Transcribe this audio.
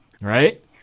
right